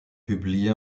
publié